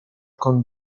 con